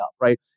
right